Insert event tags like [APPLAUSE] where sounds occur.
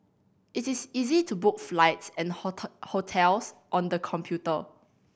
it is easy to book flights and [UNINTELLIGIBLE] hotels on the computer